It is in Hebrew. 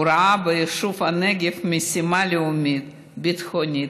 הוא ראה ביישוב הנגב משימה לאומית, ביטחונית,